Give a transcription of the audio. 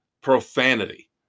profanity